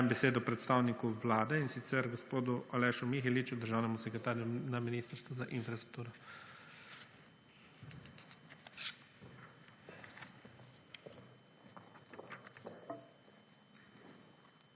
dajem besedo predstavniku vlade, in sicer gospodu Alešu Miheliču, državnemu sekretarju na Ministrstvu za infrastrukturo.